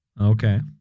Okay